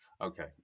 Okay